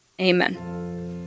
Amen